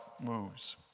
moves